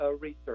Research